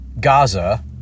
Gaza